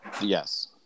yes